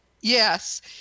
yes